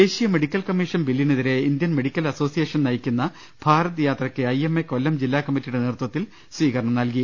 ദേശീയ medical commission ബില്ലിനെതിരെ Indian medical association നയിക്കുന്ന ഭാരത് യാത്രയ്ക്ക് ഐഎംഎ കൊല്ലം ജില്ലാ കമ്മിറ്റിയുടെ നേതൃത്വത്തിൽ സ്വീകരണം നൽകി